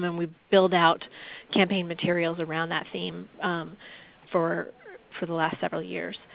um and we build out campaign materials around that theme for for the last several years.